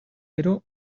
gero